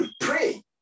pray